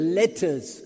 letters